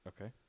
Okay